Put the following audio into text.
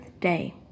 day